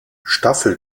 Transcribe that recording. staffel